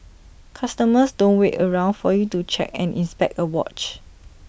customers don't wait around for you to check and inspect A watch